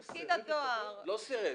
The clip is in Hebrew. אז פקיד הדואר -- -ההפניות